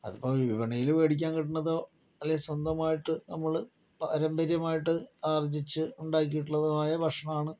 അതിപ്പോൾ വിപണിയിൽ മേടിക്കാൻ കിട്ടുന്നതോ അല്ലെങ്കിൽ സ്വന്തമായിട്ട് നമ്മൾ പാരമ്പര്യമായിട്ട് ആർജ്ജിച്ച് ഉണ്ടാക്കിയിട്ടുള്ളതുമായ ഭക്ഷണമാണ്